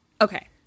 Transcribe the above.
Okay